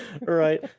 Right